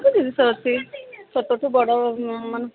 ସବୁ ଜିନିଷ ଅଛି ଛୋଟଠୁ ବଡ଼ ମାନେ